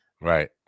Right